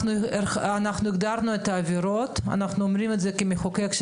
הגדרנו את העבירות ואנחנו כמחוקק אומרים